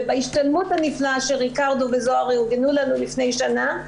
ובהשתלמות הנפלאה שריקרדו וזהר ארגנו לנו לפני שנה,